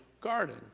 garden